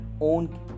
own